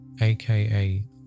aka